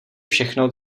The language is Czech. všechno